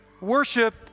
Worship